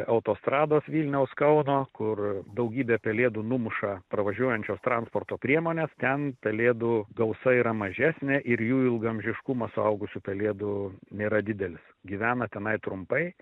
autostrados vilniaus kauno kur daugybę pelėdų numuša pravažiuojančios transporto priemonės ten pelėdų gausa yra mažesnė ir jų ilgaamžiškumas suaugusių pelėdų nėra didelis gyvena tenai trumpai